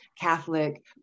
Catholic